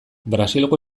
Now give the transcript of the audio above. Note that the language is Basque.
brasilgo